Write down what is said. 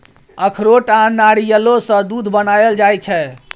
अखरोट आ नारियलो सँ दूध बनाएल जाइ छै